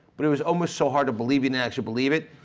but it was almost so hard to believe and actually believe it,